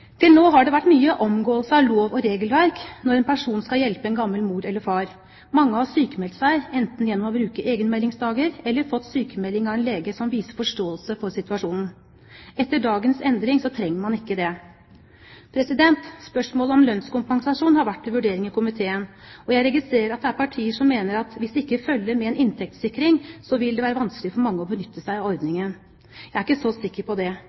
Til nå har det vært mye omgåelse av lov og regelverk når en person skal hjelpe en gammel mor eller far. Mange har sykmeldt seg, enten gjennom å bruke egenmeldingsdager eller fått sykmelding av en lege som viser forståelse for situasjonen. Etter dagens endring trenger man ikke det. Spørsmålet om lønnskompensasjon har vært til vurdering i komiteen. Jeg registrerer at det er partier som mener at hvis det ikke følger med en inntektssikring, vil det være vanskelig for mange å benytte seg av ordningen. Jeg er ikke så sikker på det.